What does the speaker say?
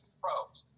pros